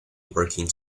working